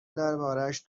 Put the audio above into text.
دربارهاش